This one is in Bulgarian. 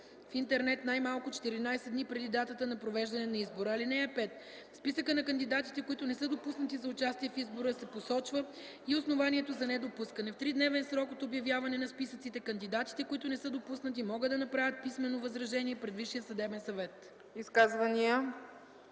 в интернет най-малко 14 дни преди датата на провеждане на избора. (5) В списъка на кандидатите, които не са допуснати за участие в избора се посочва и основанието за недопускане. В тридневен срок от обявяване на списъците кандидатите, които не са допуснати, могат да направят писмено възражение пред Висшия съдебен съвет.”